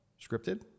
scripted